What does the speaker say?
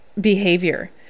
behavior